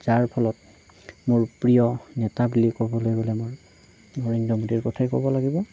যাৰ ফলত মোৰ প্ৰিয় নেতা বুলি ক'বলৈ গ'লে মই নৰেন্দ্ৰ মোদীৰ কথাই ক'ব লাগিব